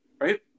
right